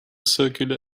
circular